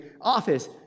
office